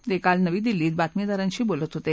ते काल नवी दिल्लीत बातमीदारांशी बोलत होते